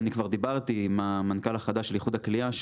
אני כבר דיברתי עם המנכ"ל החדש של איחוד הקליעה,